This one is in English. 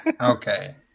Okay